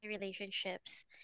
relationships